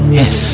yes